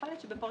עוד מישהו?